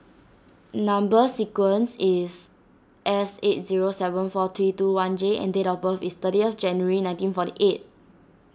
Number Sequence is S eight zero seven four three two one J and date of birth is thirtieth January nineteen forty eight